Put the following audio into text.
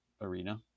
arena